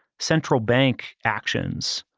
central bank actions,